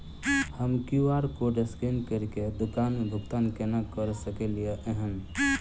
हम Q R code scan करके दुकान मे भुगतान केना करऽ सकलिये एहन?